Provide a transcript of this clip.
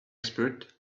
expert